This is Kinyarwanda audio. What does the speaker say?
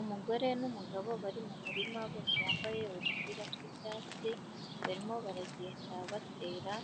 Umugore n'umugabo bari mu murima, bose wambaye udupira tw'icyatsi, barimo baragenda batera